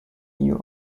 knew